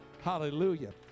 Hallelujah